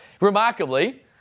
remarkably